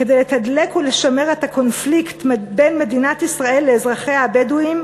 כדי לתדלק ולשמר את הקונפליקט בין מדינת ישראל לאזרחיה הבדואים,